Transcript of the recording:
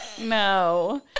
no